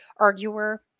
arguer